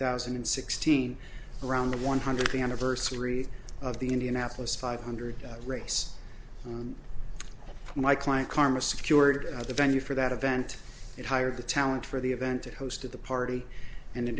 thousand and sixteen around the one hundredth anniversary of the indianapolis five hundred race and my client karma secured the venue for that event it hired the talent for the event and host of the party and